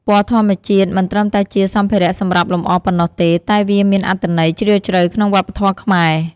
ពណ៌ធម្មជាតិមិនត្រឹមតែជាសម្ភារៈសម្រាប់លម្អប៉ុណ្ណោះទេ តែវាមានអត្ថន័យជ្រាលជ្រៅក្នុងវប្បធម៌ខ្មែរ។